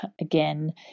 again